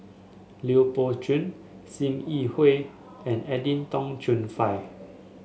Lui Pao Chuen Sim Yi Hui and Edwin Tong Chun Fai